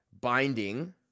binding